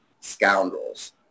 scoundrels